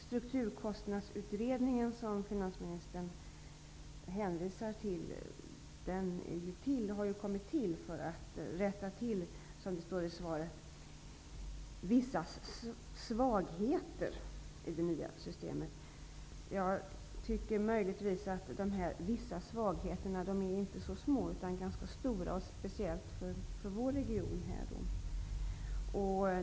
Strukturkostnadsutredningen som finansministern hänvisar till har ju kallats för att rätta till, som det står i svaret, ''vissa svagheter'' i det nya systemet. Jag tycker möjligtvis att dessa ''vissa svagheter'' inte är så små, utan ganska stora, speciellt för vår region.